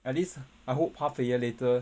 at least I hope half a year later